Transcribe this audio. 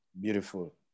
Beautiful